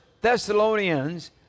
Thessalonians